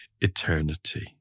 eternity